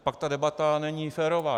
Pak ta debata není férová.